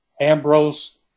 Ambrose